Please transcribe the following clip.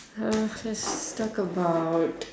let's talk about